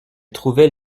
trouvait